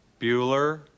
Bueller